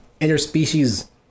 interspecies